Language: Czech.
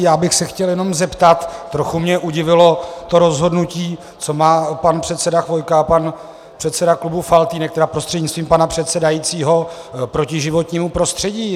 Já bych se chtěl jenom zeptat, trochu mě udivilo to rozhodnutí co má pan předseda Chvojka a pan předseda klubu Faltýnek, tedy prostřednictvím pana předsedajícího, proti životnímu prostředí?